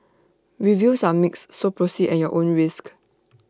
reviews are mixed so proceed at your own risk